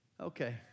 Okay